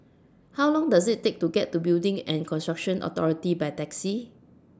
How Long Does IT Take to get to Building and Construction Authority By Taxi